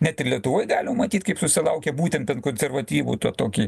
net ir lietuvoj matyt kaip susilaukė būtent per konservatyvų tą tokį